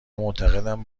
معتقدند